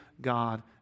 God